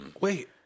Wait